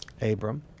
Abram